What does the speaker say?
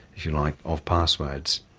if you like, of passwords.